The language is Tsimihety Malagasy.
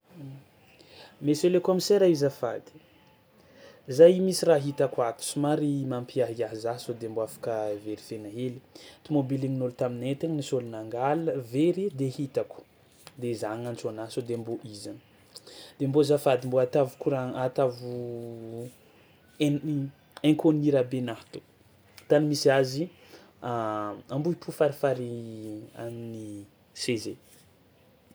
Monsieur le kaomisera io azafady? Za i misy raha hitako ato somary mampiahiahy za sao de mbô afaka verifiena hely, tômôbin'ny ôlo taminay tany nisy ôlo nangal- very de hitako de za agnantso anà sao de mbô i zany, de mbô azafady mbô atavo koran- atavo en- i- inconnu rahabenaha to, tany misy azy Ambohipo farifary an'ny CEG.